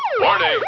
Warning